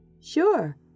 Sure